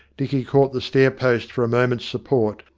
dicky caught the stair-post for a moment's support,